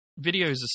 videos